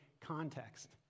context